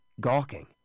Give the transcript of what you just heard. gawking